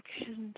actions